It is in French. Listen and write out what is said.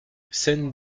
scène